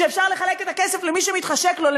שאפשר לחלק את הכסף למי שמתחשק לו,